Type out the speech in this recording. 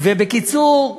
ובקיצור,